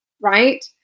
right